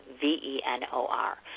V-E-N-O-R